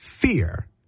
fear